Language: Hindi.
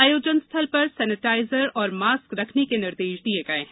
आयोजन स्थल पर सैनेटाइजर और मास्क रखने के निर्देश दिये गये हैं